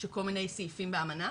שכל מיני סעיפים באמנה,